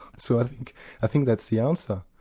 so i think i think that's the answer.